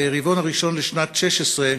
ברבעון הראשון של שנת 2016,